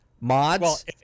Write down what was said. mods